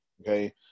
okay